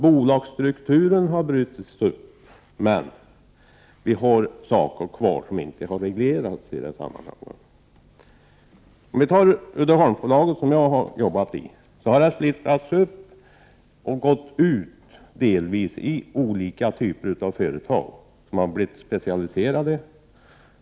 Bolagsstrukturen har brutits upp, men det finns områden kvar som inte har reglerats i det här sammanhanget. Vi kan som exempel ta Uddeholmsbolaget där jag har arbetat. Bolaget har splittrats och delats upp på olika typer av företag som har blivit specialiserade.